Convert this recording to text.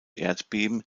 erdbeben